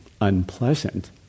unpleasant